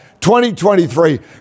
2023